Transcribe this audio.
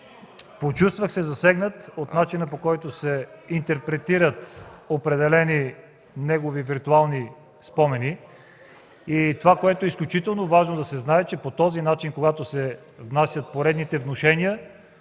Почувствах се засегнат от начина, по който се интерпретират определени негови виртуални спомени. Това, което е изключително важно да се знае, е, чe когато се правят поредните внушения,